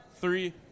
three